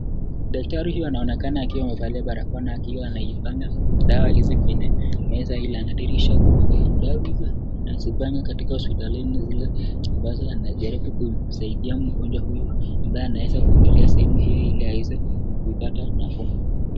Daktari huyu anaonekana akiwa amevalia barakoa na akiwa anaisanya, dawa hizi kwenye meza ile, ana dihirisha kuwa dawa hizo anazozisanya katika hospitali zile, ambazo anajaribu kumsaidia mgonjwa huyu ambaye anaeza kuiletea simu hio ili aweze, kuipata nafuu.